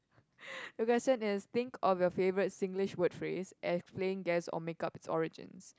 the question is think of your favorite Singlish word phrase explain guess or make-up it's origins